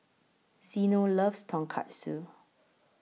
Zeno loves Tonkatsu